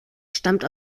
stammt